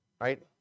Right